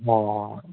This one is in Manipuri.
ꯍꯣꯏ ꯍꯣꯏ